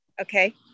Okay